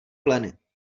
pleny